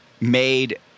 made